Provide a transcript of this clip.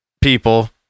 people